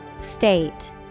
State